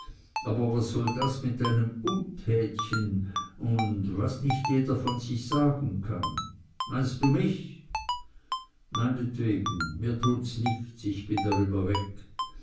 aber was soll das mit deinem untätchen und was nicht jeder von sich sagen kann meinst du mich meinetwegen mir tut's nichts ich bin drüber weg